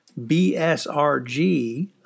BSRG